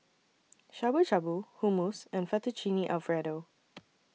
Shabu Shabu Hummus and Fettuccine Alfredo